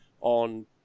on